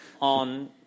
on